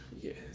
Yes